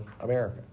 America